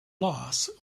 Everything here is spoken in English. loss